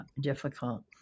difficult